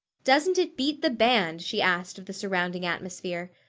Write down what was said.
doesn't it beat the band? she asked of the surrounding atmosphere.